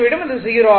அது 0 ஆகும்